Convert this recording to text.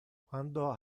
quando